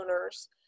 owners